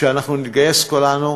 שאנחנו נתגייס כולנו,